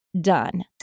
done